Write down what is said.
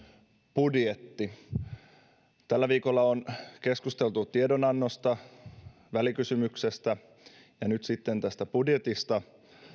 budjetti tällä viikolla on keskusteltu tiedonannosta välikysymyksestä ja nyt sitten tästä budjetista